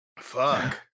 Fuck